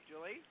julie